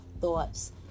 thoughts